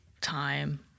time